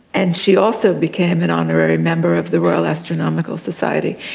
and she also became an honorary member of the royal astronomical society.